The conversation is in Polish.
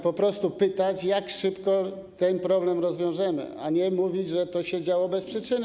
Po prostu pytać, jak szybko ten problem rozwiążemy, a nie mówić, że to się działo bez przyczyny.